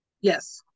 Yes